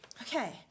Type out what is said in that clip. Okay